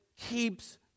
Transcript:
keeps